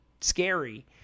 scary